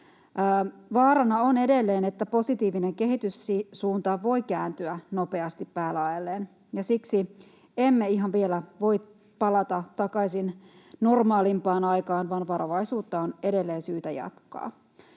Vaarana on edelleen, että positiivinen kehitys siihen suuntaan voi kääntyä nopeasti päälaelleen, ja siksi emme ihan vielä voi palata takaisin normaalimpaan aikaan vaan varovaisuutta on edelleen syytä jatkaa.